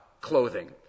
clothing